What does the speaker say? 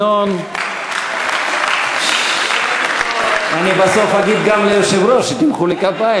עשינו מסיבת עיתונאים ואמרנו: הנה הכסף שמכאן אפשר לקחת את זה,